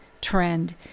trend